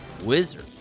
wizard